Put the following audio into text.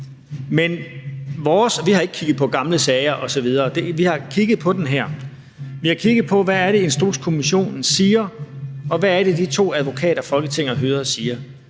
vi har ikke kigget på gamle sager osv. Vi har kigget på den her sag. Vi har kigget på, hvad det er, Instrukskommissionen siger, og hvad det er, de to advokater, Folketinget har hyret, siger,